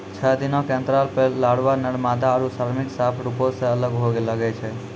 छः दिनो के अंतराल पे लारवा, नर मादा आरु श्रमिक साफ रुपो से अलग होए लगै छै